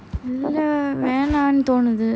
இல்ல வேண்டாம்னு தோணுது:illa venamnu thonuthu